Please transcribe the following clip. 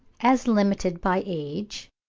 as limited by age,